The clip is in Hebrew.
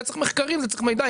לזה צריך מחקר ומידע.